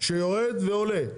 שיורד ועולה.